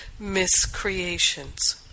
miscreations